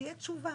שתהיה תשובה.